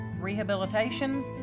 rehabilitation